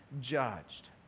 judged